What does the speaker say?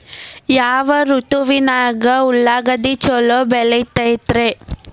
ಯಾವ ಋತುವಿನಾಗ ಉಳ್ಳಾಗಡ್ಡಿ ಛಲೋ ಬೆಳಿತೇತಿ ರೇ?